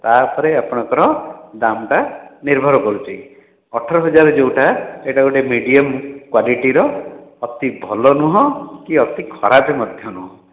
ତା ଉପରେ ଆପଣଙ୍କର ଦାମ୍ ଟା ନିର୍ଭର କରୁଛି ଅଠର ହଜାର ଯୋଉଁଟା ସେଇଟା ଗୋଟେ ମିଡିୟମ କ୍ଵାଲିଟି ର ଅତି ଭଲ ନୁହଁ କି ଅତି ଖରାପ ମଧ୍ୟ ନୁହଁ